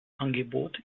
angebot